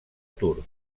turc